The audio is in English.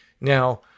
Now